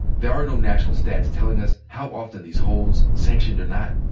there are no national stats telling us how often these holds, sanctioned or not,